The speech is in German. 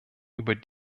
über